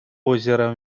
озеро